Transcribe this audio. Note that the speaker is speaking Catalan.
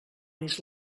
més